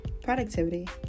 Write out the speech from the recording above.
productivity